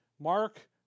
Mark